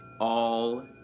All